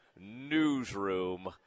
newsroom